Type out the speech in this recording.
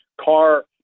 car